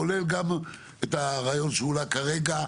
כולל גם את הרעיון שאולי כרגע,